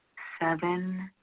seven,